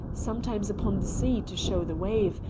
sometimes upon the sea to show the wave,